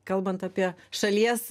kalbant apie šalies